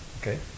okay